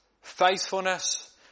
faithfulness